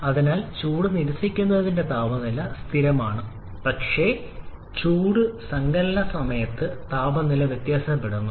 അതിനാൽ ചൂട് നിരസിക്കുന്നതിന്റെ താപനില സ്ഥിരമാണ് പക്ഷേ ചൂട് സങ്കലന സമയത്ത് താപനില വ്യത്യാസപ്പെടുന്നു